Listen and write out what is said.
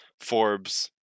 Forbes